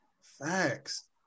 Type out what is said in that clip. Facts